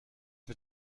mit